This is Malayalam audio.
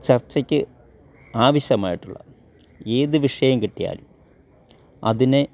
ചർച്ചയ്ക്ക് ആവശ്യമായിട്ടുള്ള ഏത് വിഷയം കിട്ടിയാലും അതിനെ